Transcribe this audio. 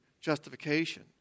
justification